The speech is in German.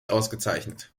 ausgezeichnet